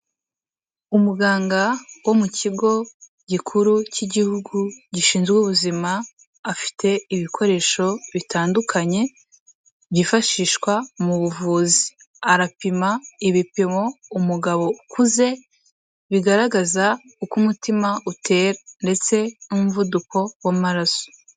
Umuganga wo mu kigo gikuru cy'igihugu gishinzwe ubuzima, afite ibikoresho bitandukanye, byifashishwa mu buvuzi. Arapima ibipimo umugabo ukuze bigaragaza uko umutima utera, ndetse n'umuvuduko w'amaraso.